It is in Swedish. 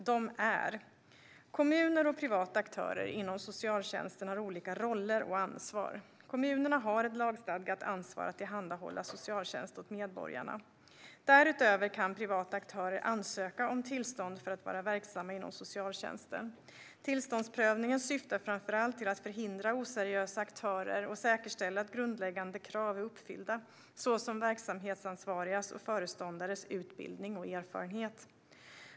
De är följande: Kommuner och privata aktörer inom socialtjänsten har olika roller och ansvar. Kommunerna har ett lagstadgat ansvar att tillhandahålla socialtjänst åt medborgarna. Därutöver kan privata aktörer ansöka om tillstånd för att vara verksamma inom socialtjänsten. Tillståndsprövningen syftar framför allt till att förhindra oseriösa aktörer och säkerställa att grundläggande krav är uppfyllda, såsom verksamhetsansvarigas och föreståndares utbildning och erfarenhet.